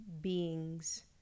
beings